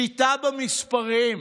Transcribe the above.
שליטה במספרים.